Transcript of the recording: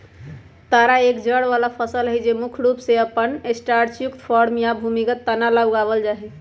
तारा एक जड़ वाला फसल हई जो मुख्य रूप से अपन स्टार्चयुक्त कॉर्म या भूमिगत तना ला उगावल जाहई